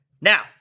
Now